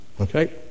okay